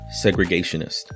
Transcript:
segregationist